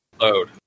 load